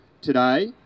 today